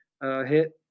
hit